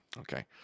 Okay